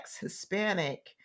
Hispanic